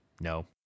no